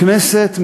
הכנסת,